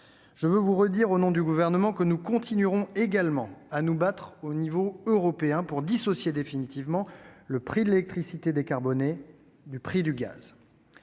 Je veux vous redire, au nom du Gouvernement, que nous continuerons également à nous battre au niveau européen pour dissocier définitivement le prix de l'électricité décarbonée du prix du gaz.